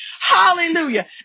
Hallelujah